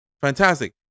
Fantastic